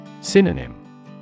Synonym